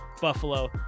Buffalo